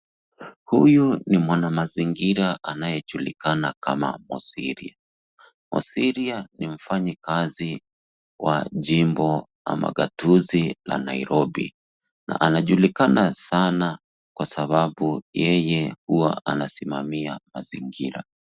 Huyu ni mwanamazingira anayejulikana kama Mosiria. Mosiria ni mfanyikazi wa jimbo ama gatuzi la Nairobi na anajulikana sana kwa sababu yeye huwa anasimamia mazingira.